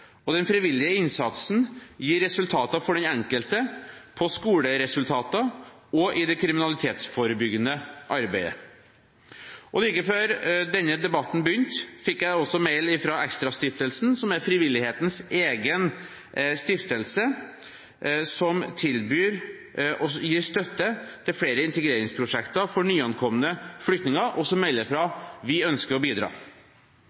Den frivillige innsatsen gir resultater for den enkelte, på skoleresultater og i det kriminalitetsforebyggende arbeidet. Og like før denne debatten begynte, fikk jeg mail fra ExtraStiftelsen, som er frivillighetens egen stiftelse, som gir støtte til flere integreringsprosjekter for nyankomne flyktninger, og som melder fra om at de ønsker å bidra.